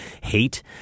hate